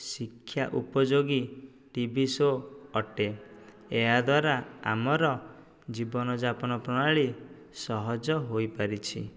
ଶିକ୍ଷା ଉପଯୋଗୀ TV show ଅଟେ ଏହାଦ୍ୱାରା ଆମର ଜୀବନଯାପନ ପ୍ରଣାଳୀ ସହଜ ହୋଇପାରିଛି